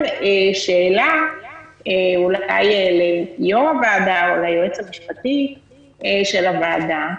שאלה ליושב-ראש הוועדה או ליועצת המשפטית של הוועדה,